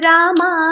Rama